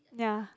ya